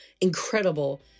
incredible